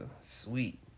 sweet